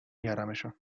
میارمشون